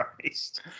Christ